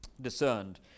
discerned